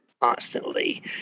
constantly